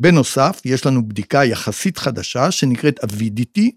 ‫בנוסף, יש לנו בדיקה יחסית חדשה ‫שנקראת avidity